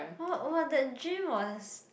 !wah! !wah! that dream was